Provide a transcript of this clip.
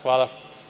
Hvala.